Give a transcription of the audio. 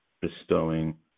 bestowing